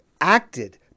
acted